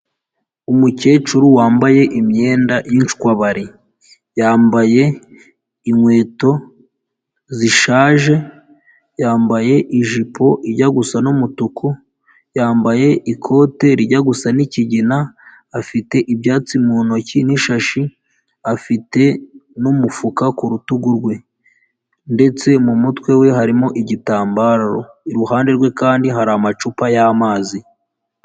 Umukecuru wambaye imyenda y'incwabari yambaye inkweto zishaje, yambaye ijipo ijya gusa n'umutuku, yambaye ikote rijya gusa ni'kigina, afite ibyatsi mu ntoki n'ishashi, afite n'umufuka ku rutugu rwe ndetse mu mutwe we harimo igitambaro, iruhande rwe kandi hari amacupa yamazi.